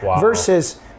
versus